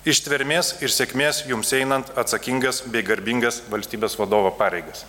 ištvermės ir sėkmės jums einant atsakingas bei garbingas valstybės vadovo pareigas